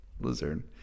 Lizard